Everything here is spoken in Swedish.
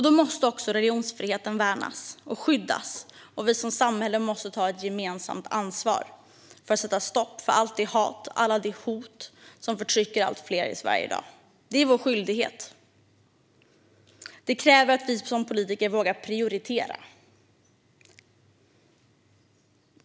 Då måste religionsfriheten värnas och skyddas, och vi som samhälle måste ta gemensamt ansvar för att sätta stopp för allt det hat och alla de hot som förtrycker allt fler i Sverige i dag. Det är vår skyldighet. Det kräver att vi som politiker vågar prioritera.